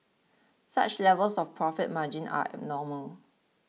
such levels of profit margin are abnormal